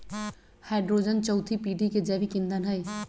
hydrogen चउथी पीढ़ी के जैविक ईंधन हई